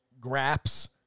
Graps